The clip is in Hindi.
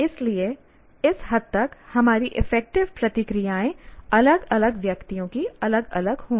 इसलिए इस हद तक हमारी अफेक्टिव प्रतिक्रियाएँ अलग अलग व्यक्तियों की अलग अलग होंगी